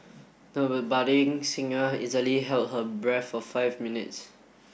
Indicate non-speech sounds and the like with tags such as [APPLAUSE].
the [UNINTELLIGIBLE] budding singer easily held her breath for five minutes